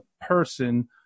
person